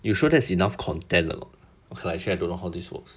you sure that's enough content or not okay lah actually I don't know how this works